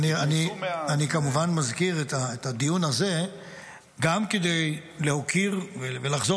אני כמובן מזכיר את הדיון הזה גם כדי להוקיר ולחזור